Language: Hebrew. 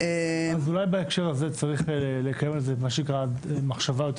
אולי בהקשר הזה צריך לקיים על זה מה שנקרא מחשבה יותר